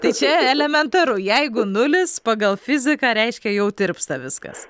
tai čia elementaru jeigu nulis pagal fiziką reiškia jau tirpsta viskas